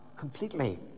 completely